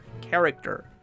character